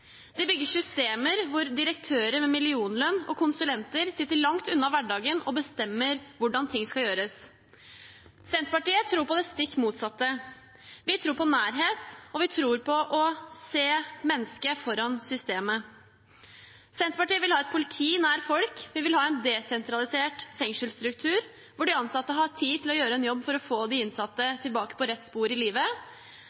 De bygger systemer hvor direktører med millionlønn og konsulenter sitter langt unna hverdagen og bestemmer hvordan ting skal gjøres. Senterpartiet tror på det stikk motsatte. Vi tror på nærhet, og vi tror på å se mennesket foran systemet. Senterpartiet vil ha et politi nær folk. Vi vil ha en desentralisert fengselsstruktur hvor de ansatte har tid til å gjøre en jobb for å få de innsatte